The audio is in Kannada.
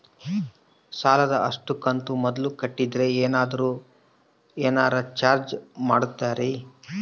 ಸಾಲದ ಅಷ್ಟು ಕಂತು ಮೊದಲ ಕಟ್ಟಿದ್ರ ಏನಾದರೂ ಏನರ ಚಾರ್ಜ್ ಮಾಡುತ್ತೇರಿ?